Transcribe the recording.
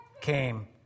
came